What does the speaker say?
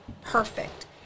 perfect